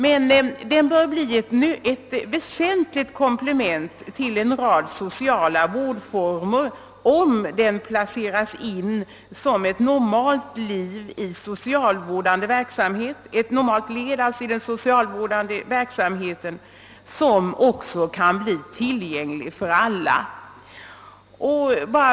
Men den bör bli ett väsentligt komplement till en rad sociala vårdformer, 'om den placeras in som ett normalt led i den socialvårdande verksamheten som också kan bli tillgänglig för alla.